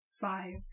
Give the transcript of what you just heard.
five